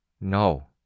No